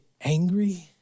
angry